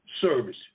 Service